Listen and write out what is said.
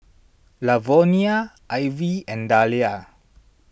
Lavonia Ivey and Dalia